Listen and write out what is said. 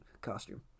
costume